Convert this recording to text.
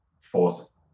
force